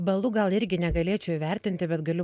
balu gal irgi negalėčiau įvertinti bet galiu